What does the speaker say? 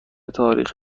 تاریخ